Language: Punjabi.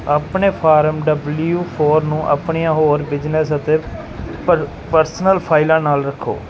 ਆਪਣੇ ਫਾਰਮ ਡਬਲਿਊ ਫੌਰ ਨੂੰ ਆਪਣੀਆਂ ਹੋਰ ਬਿਜ਼ਨਸ ਅਤੇ ਪਰ ਪਰਸੋਨਲ ਫਾਈਲਾਂ ਨਾਲ ਰੱਖੋ